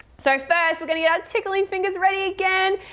so first we're gonna get our tickling fingers ready again.